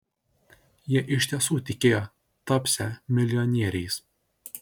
jie iš tiesų tikėjo tapsią milijonieriais